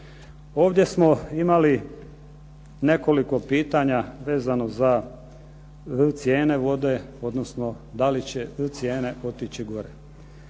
Ovdje smo imali nekoliko pitanja vezano za cijene vode, odnosno da li će cijene otići gore.